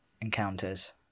encounters